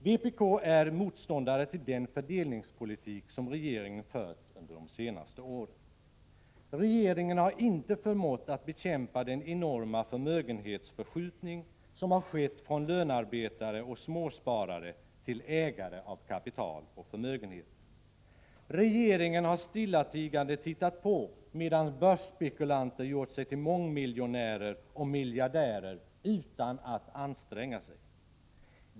Vpk är motståndare till den fördelningspolitik som regeringen har fört under de senaste åren. Regeringen har inte förmått att bekämpa den enorma förmögenhetsförskjutning som har skett från lönarbetare och småsparare till ägare av kapital och förmögenheter. Regeringen har stillatigande tittat på medan börsspekulanter gjort sig till mångmiljonärer och miljardärer utan att anstränga sig.